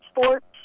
sports